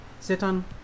Satan